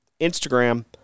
Instagram